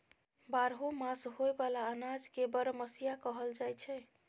बारहो मास होए बला अनाज के बरमसिया कहल जाई छै